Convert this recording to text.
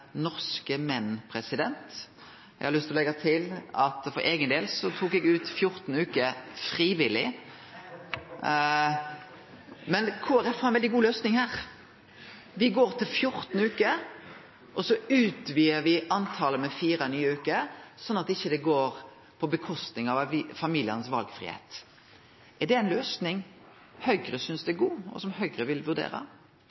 norske menn. Eg har lyst til å leggje at for eigen del tok eg ut 14 veker, frivillig. Kristeleg Folkeparti har ei veldig god løysing her: Me går til 14 veker, så utvider vi talet med fire nye veker, sånn at det ikkje går på kostnad av valfridomen til familiane. Er det ei løysing som Høgre synest